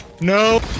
No